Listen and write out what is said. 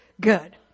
good